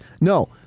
No